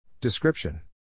Description